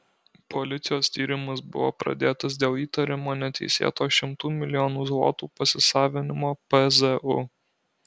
policijos tyrimas buvo pradėtas dėl įtariamo neteisėto šimtų milijonų zlotų pasisavinimo pzu